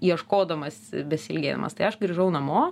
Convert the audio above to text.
ieškodamas besiilgėdamas tai aš grįžau namo